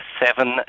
seven